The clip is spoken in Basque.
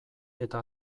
eta